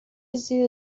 زیر